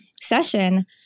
session